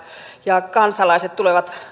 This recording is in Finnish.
ja kansalaiset tulevat